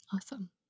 Awesome